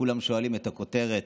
כשכולם שואלים את הכותרת,